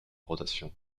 rotation